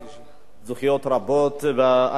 זכויות רבות בעלייה מאתיופיה,